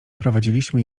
prowadziliśmy